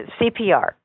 CPR